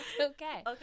okay